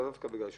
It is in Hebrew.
לא בגלל השילוט.